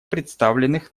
представленных